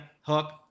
Hook